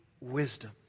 wisdom